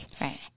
Right